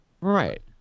Right